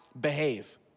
behave